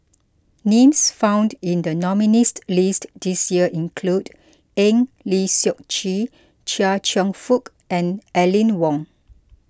names found in the nominees' list this year include Eng Lee Seok Chee Chia Cheong Fook and Aline Wong